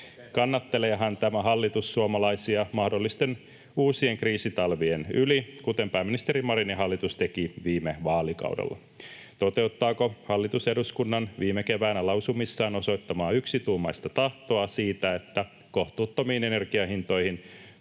Kannatteleehan tämä hallitus suomalaisia mahdollisten uusien kriisitalvien yli, kuten pääministeri Marinin hallitus teki viime vaalikaudella? Toteuttaako hallitus eduskunnan viime keväänä lausumissaan osoittamaa yksituumaista tahtoa siitä, että kohtuuttomiin energiahintoihin